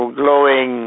glowing